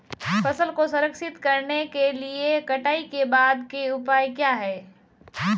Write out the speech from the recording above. फसल को संरक्षित करने के लिए कटाई के बाद के उपाय क्या हैं?